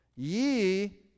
Ye